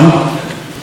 כמנהגנו,